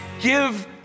give